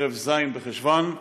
ערב ז' בחשוון: